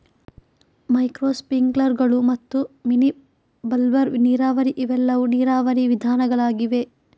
micro ಸ್ಪ್ರಿಂಕ್ಲರುಗಳು ಮತ್ತು mini bubbler ನೀರಾವರಿ ಇವೆಲ್ಲವೂ ನೀರಾವರಿ ವಿಧಾನಗಳಾಗಿವೆ